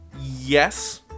Yes